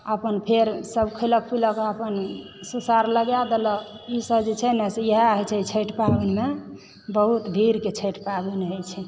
अपन फेर सभ खयलक पिलक अपन सुर सार लगाए देलक ईसभजे छै नऽ इएह होइत छै छठि पाबनिमे बहुत भीड़के छठि पाबनि होइत छै